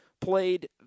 played